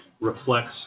reflects